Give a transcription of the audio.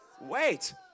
Wait